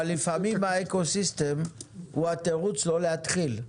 אבל לפעמים האקו-סיסטם הוא התירוץ לא להתחיל.